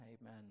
Amen